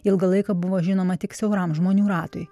ilgą laiką buvo žinoma tik siauram žmonių ratui